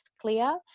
clear